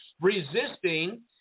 resisting